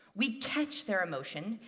we catch their emotion,